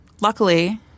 luckily